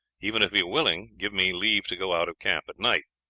even if he were willing, give me leave to go out of camp at night.